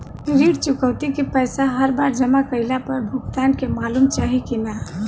ऋण चुकौती के पैसा हर बार जमा कईला पर भुगतान के मालूम चाही की ना?